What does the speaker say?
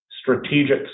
strategic